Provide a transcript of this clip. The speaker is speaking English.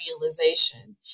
realization